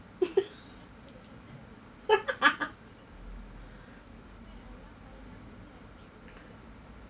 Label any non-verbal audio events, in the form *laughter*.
*laughs*